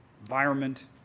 environment